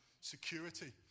security